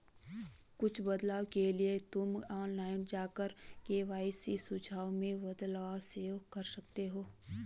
कुछ बदलाव के लिए तुम ऑनलाइन जाकर के.वाई.सी सुझाव में बदलाव सेव कर सकते हो